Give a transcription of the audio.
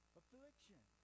affliction